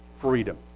freedom